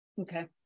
Okay